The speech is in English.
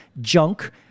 Junk